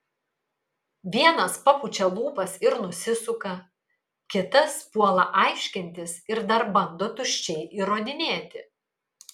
vienas papučia lūpas ir nusisuka kitas puola aiškintis ir dar bando tuščiai įrodinėti